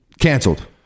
canceled